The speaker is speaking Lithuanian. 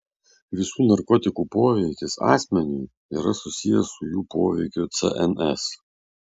visų narkotikų poveikis asmeniui yra susijęs su jų poveikiu cns